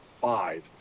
five